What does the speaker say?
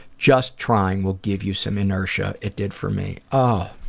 just trying will give you some inertia. it did for me. oh,